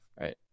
right